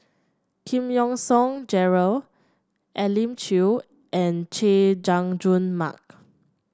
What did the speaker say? Giam Yean Song Gerald Elim Chew and Chay Jung Jun Mark